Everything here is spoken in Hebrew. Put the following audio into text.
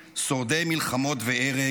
שורדי מלחמות והרג,